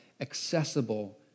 accessible